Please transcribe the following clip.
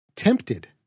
tempted